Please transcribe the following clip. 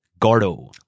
Gordo